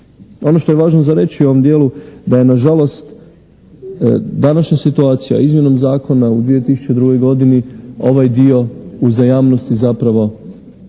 Ono što je važno za reći u ovom dijelu da je nažalost današnja situacija izmjenom zakona u 2002. godini ovaj dio uzajamnosti zapravo nestao